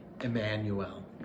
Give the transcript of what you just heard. Emmanuel